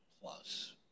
plus